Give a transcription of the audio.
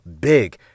big